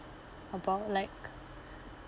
about like